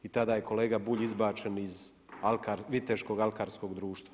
I tada je kolega Bulj izbačen iz viteškog alkarskog društva.